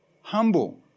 Humble